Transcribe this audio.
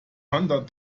hundred